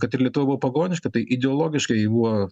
kad ir lietuva buvo pagoniška tai ideologiškai buvo